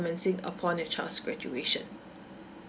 upon your child's graduation